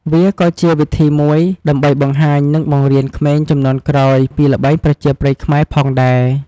វាក៏អាចជាវិធីមួយដើម្បីបង្ហាញ និងបង្រៀនក្មេងជំនាន់ក្រោយពីល្បែងប្រជាប្រិយខ្មែរផងដែរ។